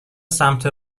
سمت